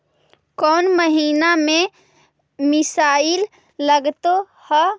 कौन महीना में मिसाइल लगते हैं?